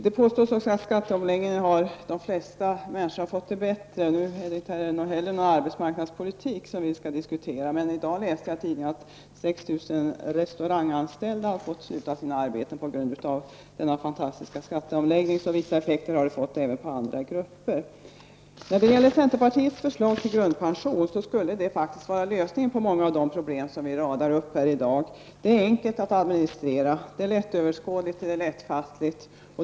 Det påstås att de flesta människor har fått det bättre genom skatteomläggningen. Nu är det inte arbetsmarknadspolitik som vi skall diskutera. Men i dag läste jag i tidningen att 6 000 restauranganställda har fått sluta sina arbeten på grund av denna fantastiska skatteomläggning -- så vissa effekter har den fått även på andra grupper. Centerpartiets förslag till grundpension skulle faktiskt vara lösningen på många av de problem som vi radar upp här i dag. Det är enkelt att administrera, det är lättöverskådligt och lättfattligt.